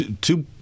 two